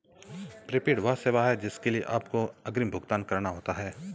prepaid वह सेवा है जिसके लिए आपको अग्रिम भुगतान करना होता है